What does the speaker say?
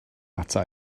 ata